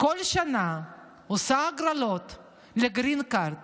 עושה בכל שנה הגרלות לגרין קארד